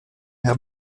mer